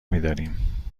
میداریم